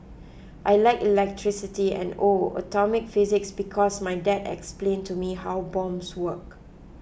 I like electricity and oh atomic physics because my dad explain to me how bombs work